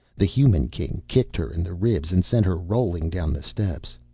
the human-king kicked her in the ribs and sent her rolling down the steps.